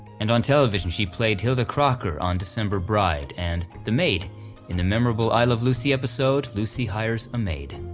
and on television she played hilda crocker on december bride, and the maid in the memorable i love lucy episode, lucy hires a maid.